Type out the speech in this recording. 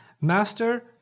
Master